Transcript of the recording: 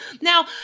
Now